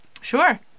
sure